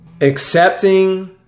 accepting